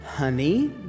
Honey